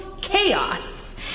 chaos